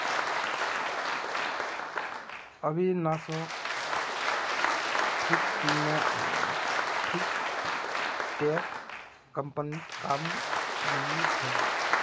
अविनाशोक फिनटेक कंपनीत काम मिलील छ